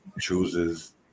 chooses